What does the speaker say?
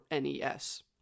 NES